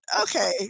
Okay